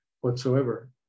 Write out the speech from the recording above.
whatsoever